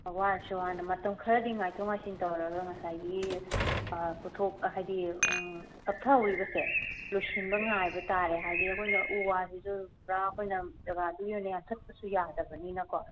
ꯋꯥꯔꯁꯨ ꯋꯥꯅ ꯃꯇꯝ ꯈꯔꯗꯤ ꯉꯥꯏꯊꯣꯛ ꯉꯥꯏꯁꯤꯟ ꯇꯧꯔꯒ ꯉꯁꯥꯏꯒꯤ ꯄꯣꯊꯣꯛ ꯍꯥꯏꯗꯤ ꯇꯞꯊꯍꯧꯔꯤꯕꯁꯦ ꯂꯣꯏꯁꯤꯟꯕ ꯉꯥꯏꯕꯇꯥꯔꯦ ꯍꯥꯏꯗꯤ ꯑꯩꯈꯣꯏꯅ ꯎ ꯋꯥꯁꯤꯁꯨ ꯄꯨꯔꯥ ꯑꯩꯈꯣꯏꯅ ꯖꯒꯥꯗꯨꯒꯤ ꯑꯣꯏꯅ ꯌꯥꯟꯊꯠꯄꯁꯨ ꯌꯥꯗꯕꯅꯤꯅꯀꯣ